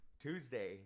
Tuesday